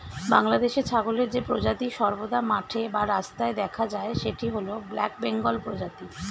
বাংলাদেশে ছাগলের যে প্রজাতি সর্বদা মাঠে বা রাস্তায় দেখা যায় সেটি হল ব্ল্যাক বেঙ্গল প্রজাতি